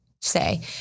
say